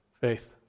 Faith